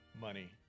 money